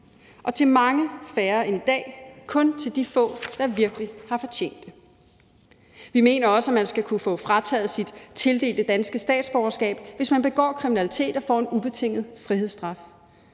og til mange færre end i dag – kun til de få, der virkelig har fortjent det. Vi mener også, at man skal kunne få frataget sit tildelte statsborgerskab, hvis man begår kriminalitet og får en ubetinget frihedsstraf.